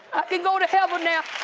i can go to heaven now.